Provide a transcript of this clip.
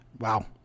Wow